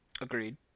Agreed